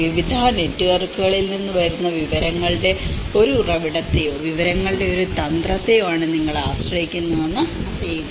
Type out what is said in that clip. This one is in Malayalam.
വിവിധ നെറ്റ്വർക്കുകളിൽ നിന്ന് വരുന്ന വിവരങ്ങളുടെ ഒരു ഉറവിടത്തെയോ വിവരങ്ങളുടെ ഒരു തന്ത്രത്തെയോ ആണ് ഞങ്ങൾ ആശ്രയിക്കുന്നതെന്ന് അറിയുക